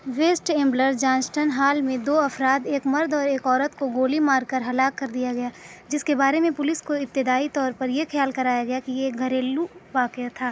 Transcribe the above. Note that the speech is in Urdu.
ویسٹ ایمبلر جانسٹن ہال میں دو افراد ایک مرد اور ایک عورت کو گولی مار کر ہلاک کر دیا گیا جس کے بارے میں پولیس کو ابتدائی طور پر یہ خیال کرایا گیا کہ یہ ایک گھریلو واقعہ تھا